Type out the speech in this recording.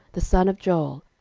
the son of joel,